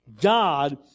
God